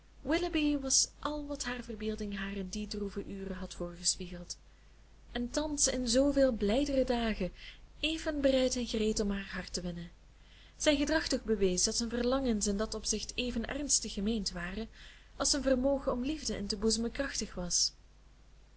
willoughby was al wat haar verbeelding haar in die droeve ure had voorgespiegeld en thans in zooveel blijdere dagen even bereid en gereed om haar hart te winnen zijn gedrag toch bewees dat zijn verlangens in dat opzicht even ernstig gemeend waren als zijn vermogen om liefde in te boezemen krachtig was